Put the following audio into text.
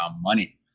money